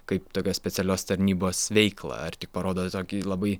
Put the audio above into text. kaip tokios specialios tarnybos veiklą ar tik parodo tokį labai